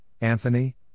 Anthony